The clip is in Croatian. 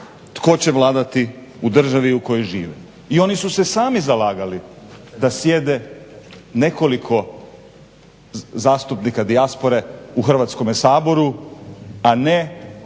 tko će vladati u državi u kojoj žive. I oni su se sami zalagali da sjede nekoliko zastupnika dijaspore u Hrvatskome saboru, a ne